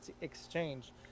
exchange